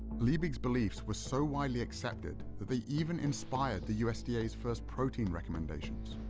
liebig's beliefs were so widely accepted that they even inspired the usda's first protein recommendations.